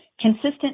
Consistent